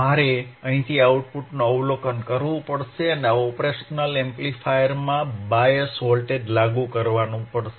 મારે અહીંથી આઉટપુટનું અવલોકન કરવું પડશે અને ઓપરેશન એમ્પ્લીફાયરમાં બાયસ વોલ્ટેજ લાગુ કરવું પડશે